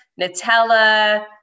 Nutella